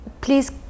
Please